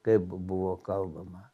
kaip buvo kalbama